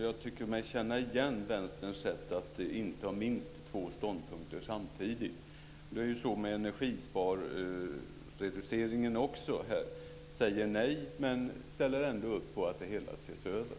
Jag tycker mig känna igen Vänsterns sätt att inta minst två ståndpunkter samtidigt. Det är så också med energisparreduceringen; Vänstern säger nej, men ställer ändå upp på att det hela ses över.